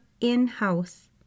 in-house